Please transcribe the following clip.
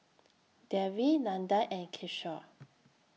Devi Nandan and Kishore